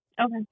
Okay